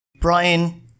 Brian